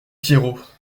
pierrot